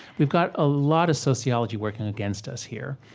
we've got a lot of sociology working against us here.